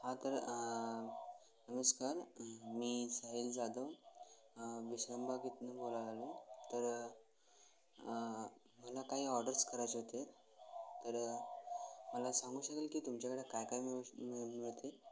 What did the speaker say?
हां तर नमस्कार मी साहिल जाधव विश्रामबागेतून बोलायलो तर मला काही ऑर्डर्स करायचे होते तर मला सांगू शकेल की तुमच्याकडे काय काय मिळू मिळ मिळते